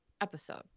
episode